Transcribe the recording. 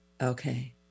Okay